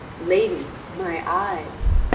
lady, my eyes.